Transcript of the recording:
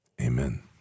Amen